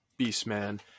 Beastman